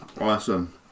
Awesome